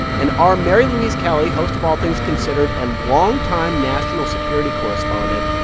and our mary louise kelly, host of all things considered and longtime national security correspondent,